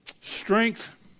strength